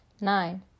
Nine